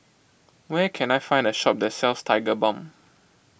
where can I find a shop that sells Tigerbalm